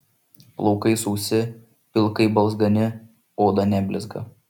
plaukai sausi pilkai balzgani oda neblizga